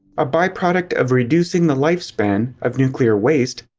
a byproduct of reducing the lifespan of nuclear waste,